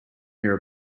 near